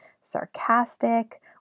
sarcastic